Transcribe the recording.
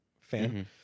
fan